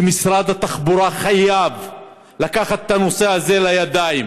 יש קשישים שיאבדו את הביקור הזה של עובד סוציאלי לבית שלהם,